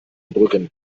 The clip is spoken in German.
brücken